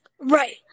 right